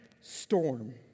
storm